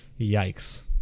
yikes